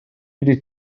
ydy